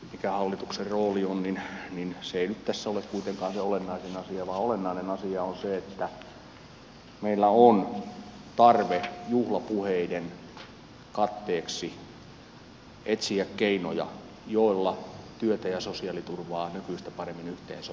mikä hallituksen rooli on se ei nyt tässä ole kuitenkaan se olennainen asia vaan olennainen asia on se että meillä on tarve juhlapuheiden katteeksi etsiä keinoja joilla työtä ja sosiaaliturvaa nykyistä paremmin yhteensovitetaan